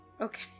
okay